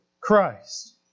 Christ